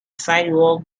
sidewalk